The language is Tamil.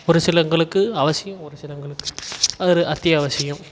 ஒரு சிலவங்களுக்கு அவசியம் ஒரு சிலவங்களுக்கு அது ஒரு அத்தியாவசியம்